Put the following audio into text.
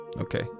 Okay